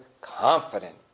confident